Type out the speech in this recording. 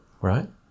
right